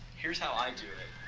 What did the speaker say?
here's how i do it.